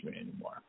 anymore